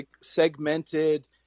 segmented